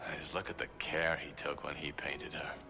look at the care he took when he painted her.